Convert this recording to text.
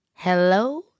Hello